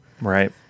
Right